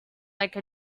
like